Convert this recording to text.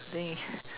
think